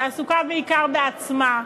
שעסוקה בעיקר בעצמה,